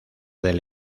del